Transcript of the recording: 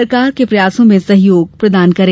सरकार के प्रयासों में सहयोग प्रदान करें